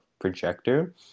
projector